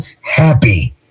happy